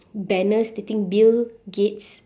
banner stating bill gates